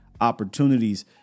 opportunities